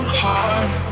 heart